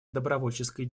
добровольческой